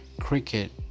cricket